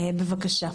בבקשה.